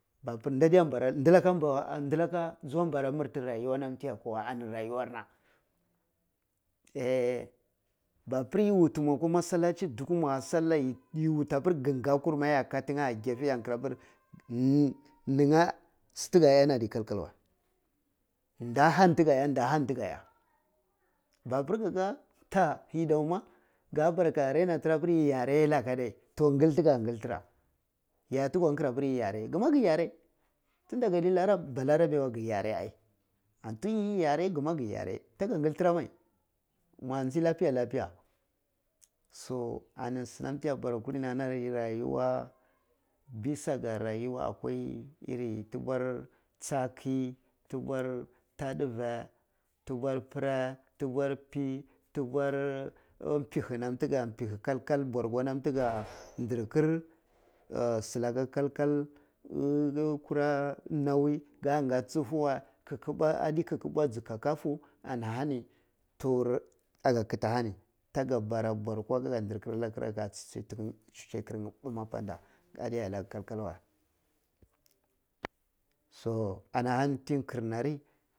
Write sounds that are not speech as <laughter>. Mapir dade para ah nddaka jo para murfi rayuwa ti ya ka weh ani rayuwar na a babir yi wuti mwakwa masalachi dukwu mwa salla ji wuti apir kaga ngakur ya ka tin ye afa keve ke kira pir niga siti ga iya ni addi kal kal weh nda hani ti ga iya, nda hani ti ga iya, mapur g aka ta yi dai ma ka bar aka naina tira ma yi yare laka adai toh ngil ti ga ngil tira ya ti go nkira pir yi yare, gi ma gi yare toh tun da gadi bararabe weh gi yare ai an fu yi ye yi yare ai kuma gi yare fa gingil tsira mai mwa ji lapiya lapiya so ani sinam fi ya da bara kulin ahani so rayuwa bias ga rayuwa aka iri tubwar cha ki, tubwar ndufe, dabar pira, dubwar pi, dubwar bor npihi di ga npihi kal kal burgo tika <noise> dirgir <hesitation> si laka kal kal <unintelligible> nawi nga ga cife wey, kikibu adi kikibu wey ji kakafu ana hani toh aga kiti ahani ta ga bara borgo aka dirhe allah giraka don ki juje girnye bum apanda allah iya laka kal kal wey so ana hani ti kir na ri.